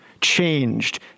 changed